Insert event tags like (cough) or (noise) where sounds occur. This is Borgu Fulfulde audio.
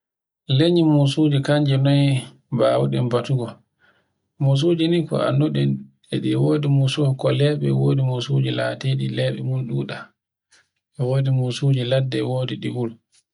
Lanyol musuji kanji noye mbawuɗen batugo. Mosuji ni ko annduɗen eɗi e wodi mosuhon ko leɓe e wodi mosuhun latiɗi leɓe mun ɗuɗa. E wodi musuji ladde, e wodi ɗi wuro (noise)